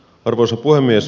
arvoisa puhemies